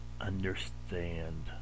understand